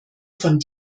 von